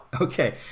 Okay